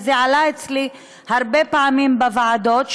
זה עלה אצלי הרבה פעמים בוועדות,